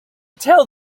tell